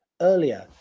earlier